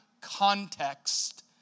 context